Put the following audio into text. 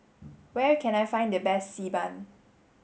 where can I find the best Xi Ban